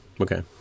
okay